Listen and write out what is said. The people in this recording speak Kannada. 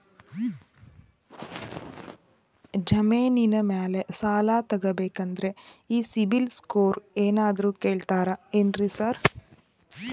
ಜಮೇನಿನ ಮ್ಯಾಲೆ ಸಾಲ ತಗಬೇಕಂದ್ರೆ ಈ ಸಿಬಿಲ್ ಸ್ಕೋರ್ ಏನಾದ್ರ ಕೇಳ್ತಾರ್ ಏನ್ರಿ ಸಾರ್?